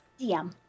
DM